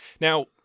Now